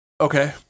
Okay